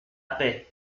paix